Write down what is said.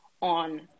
on